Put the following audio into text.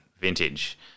vintage